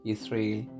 Israel